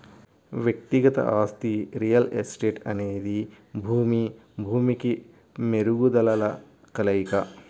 వ్యక్తిగత ఆస్తి రియల్ ఎస్టేట్అనేది భూమి, భూమికి మెరుగుదలల కలయిక